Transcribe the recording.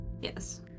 Yes